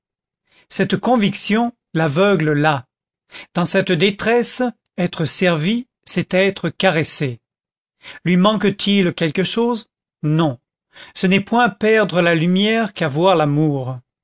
cette conviction l'aveugle l'a dans cette détresse être servi c'est être caressé lui manque-t-il quelque chose non ce n'est point perdre la lumière qu'avoir l'amour